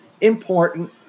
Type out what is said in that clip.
important